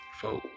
folk